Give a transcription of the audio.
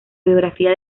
biografía